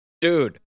dude